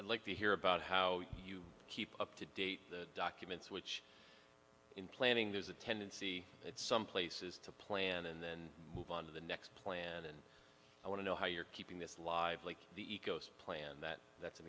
and like to hear about how you keep up to date the documents which in planning there's a tendency at some places to plan and then move on to the next plan and i want to know how you're keeping this lively the ecos planned that that's an